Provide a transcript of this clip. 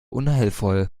unheilvoll